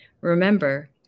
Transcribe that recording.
Remember